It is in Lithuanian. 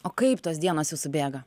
o kaip tos dienos jūsų bėga